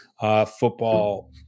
football